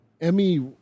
Emmy